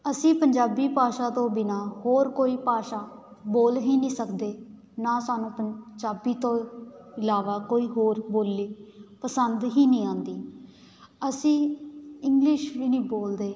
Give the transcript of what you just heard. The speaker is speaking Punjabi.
ਅਸੀਂ ਪੰਜਾਬੀ ਭਾਸ਼ਾ ਤੋਂ ਬਿਨਾਂ ਹੋਰ ਕੋਈ ਭਾਸ਼ਾ ਬੋਲ ਹੀ ਨਹੀਂ ਸਕਦੇ ਨਾ ਸਾਨੂੰ ਪੰਜਾਬੀ ਤੋਂ ਇਲਾਵਾ ਕੋਈ ਹੋਰ ਬੋਲੀ ਪਸੰਦ ਹੀ ਨਹੀਂ ਆਉਂਦੀ ਅਸੀਂ ਇੰਗਲਿਸ਼ ਵੀ ਨਹੀਂ ਬੋਲਦੇ